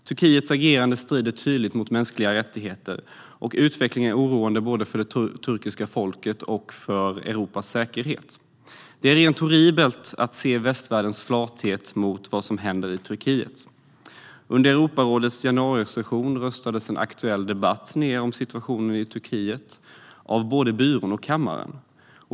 Turkiets agerande strider tydligt mot mänskliga rättigheter, och utvecklingen är oroande både för det turkiska folket och för Europas säkerhet. Det är rent horribelt att se västvärldens flathet mot vad som händer i Turkiet. Under Europarådets januarisession röstades en aktuell debatt om situationen i Turkiet ned av både byrån och kammaren.